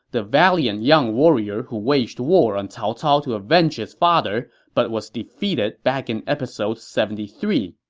the valiant young warrior who waged war on cao cao to avenge his father but was defeated back in episode seventy three.